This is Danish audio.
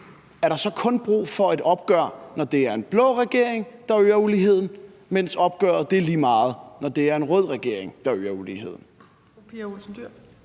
Er der så kun brug for et opgør, når det er en blå regering, der øger uligheden, mens opgøret er lige meget, når det er en rød regering, der øger uligheden?